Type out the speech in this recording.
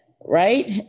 Right